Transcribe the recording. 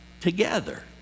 together